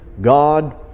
God